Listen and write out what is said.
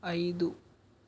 ఐదు